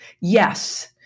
Yes